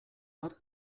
har